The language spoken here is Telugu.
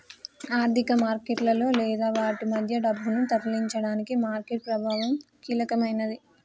ఆర్థిక మార్కెట్లలో లేదా వాటి మధ్య డబ్బును తరలించడానికి మార్కెట్ ప్రభావం కీలకమైనది